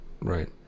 right